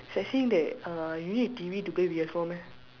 such thing that uh you need a T_V to play P_S four meh